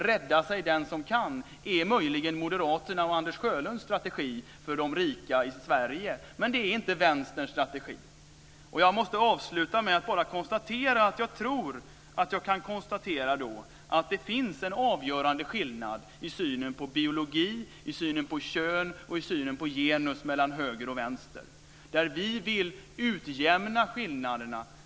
Rädda sig den som kan, är möjligen moderaternas och Anders Sjölunds strategi för de rika i Sverige, men det är inte Vänsterns strategi. Jag vill avsluta med att säga att det finns en avgörande skillnad i synen på biologi, kön och genus mellan höger och vänster. Vi vill utjämna skillnaderna.